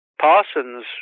Parsons